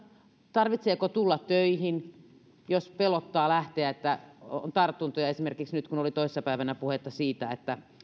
tarvitseeko tulla töihin jos pelottaa lähteä siksi että on tartuntoja esimerkiksi kun oli toissapäivänä puhetta siitä että